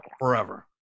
forever